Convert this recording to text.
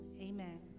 Amen